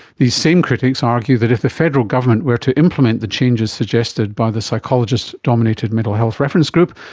these same critics argue that if the federal government were to implement the changes suggested by the psychologist-dominated mental health reference group,